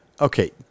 Okay